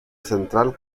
central